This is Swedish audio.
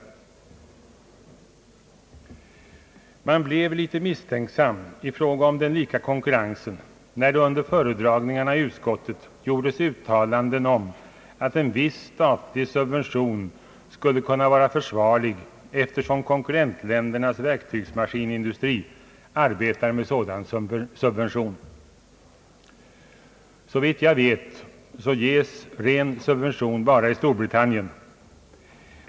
Man blev litet misstänksam i fråga om den lika konkurrensen när det under föredragningarna i utskottet gjordes uttalanden om att en viss statlig subvention skulle kunna vara försvarlig eftersom konkurrentländernas verktygsmaskinindustri arbetar med sådan subvention. Såvitt jag vet ges ren subvention bara i Storbritannien.